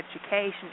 education